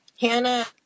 hannah